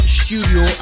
studio